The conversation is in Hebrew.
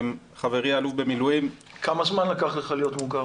חברי האלוף במילואים --- כמה זמן לקח לך להיות מוכר,